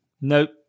Nope